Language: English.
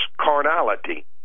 carnality